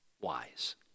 Wise